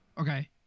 Okay